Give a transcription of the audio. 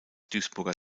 duisburger